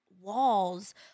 walls